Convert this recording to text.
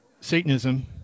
satanism